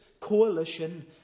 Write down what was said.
coalition